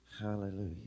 Hallelujah